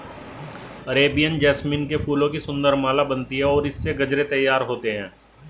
Arabian jasmine के फूलों की सुंदर माला बनती है और इससे गजरे तैयार होते हैं